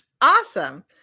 Awesome